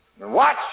Watch